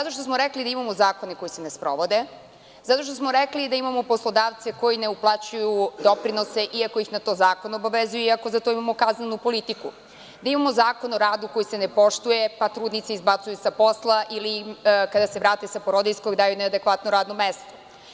Rekli smo da imamo zakone koji se ne sprovode, rekli smo da imamo poslodavce koji ne uplaćuju doprinose, iako ih zakon na to obavezuju, iako za to imamo kaznenu politiku, da imamo Zakon o radu koji se ne poštuje, pa trudnice izbacuju sa posla ili kada se vrate sa porodiljskog daju neadekvatno radno mesto.